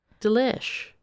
Delish